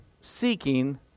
seeking